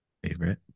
Favorite